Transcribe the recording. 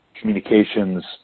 communications